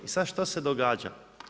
I sada što se događa?